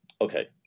Okay